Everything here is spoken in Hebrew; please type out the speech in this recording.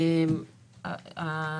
שאלה טובה.